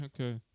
okay